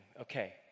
Okay